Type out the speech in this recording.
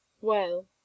Well